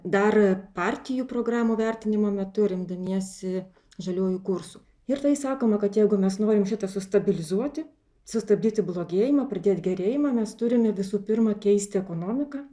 dar partijų programų vertinimo metu remdamiesi žaliuoju kursu ir tai sakoma kad jeigu mes norim šitą sustabilizuoti sustabdyti blogėjimą pradėt gerėjimą mes turime visų pirma keisti ekonomiką